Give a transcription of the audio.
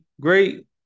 great